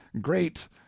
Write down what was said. great